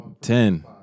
Ten